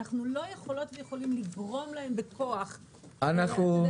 אנחנו לא יכולות ויכולים לגרום להם בכוח להיזהר.